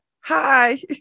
hi